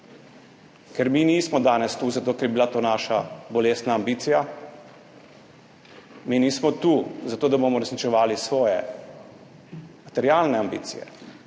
Ker mi nismo danes tu zato, ker bi bila to naša bolestna ambicija, mi nismo tu zato, da bomo uresničevali svoje materialne ambicije,